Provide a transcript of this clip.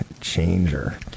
changer